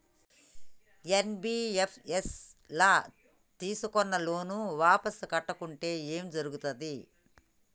NBFS ల తీస్కున్న loan వాపస్ కట్టకుంటే ఏం జర్గుతది?